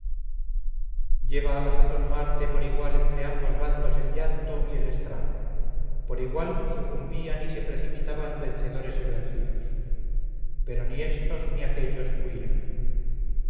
a la sazón marte por igual entre ambos bandos el llanto y el estrago por igual sucumbían y se precipitaban vencedores y vencidos pero ni estos ni aquellos huían